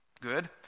Good